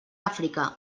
àfrica